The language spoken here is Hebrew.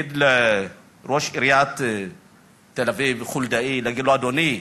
להגיד לראש עיריית תל-אביב חולדאי: אדוני,